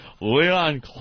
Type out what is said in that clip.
Leon